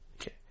Okay